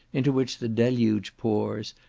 into which the deluge poors,